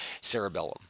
cerebellum